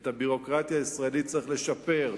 את הביורוקרטיה הישראלית צריך לשפר,